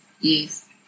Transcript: Yes